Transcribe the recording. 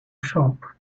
shop